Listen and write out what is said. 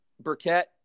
Burkett